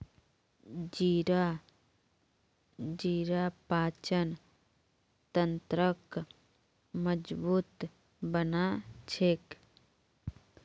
जीरा पाचन तंत्रक मजबूत बना छेक